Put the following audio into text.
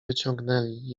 wyciągnęli